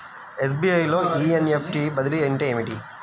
SBI లో NEFT బదిలీ అంటే ఏమిటి?